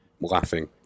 laughing